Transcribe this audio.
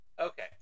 Okay